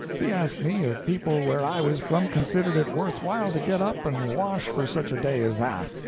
he asked me if people where i was from considered it worth while to get up and wash for such a day as that.